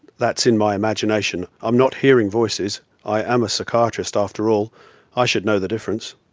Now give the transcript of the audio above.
that's in my imagination i'm not hearing voices i am a psychiatrist after all i should know the difference.